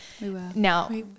now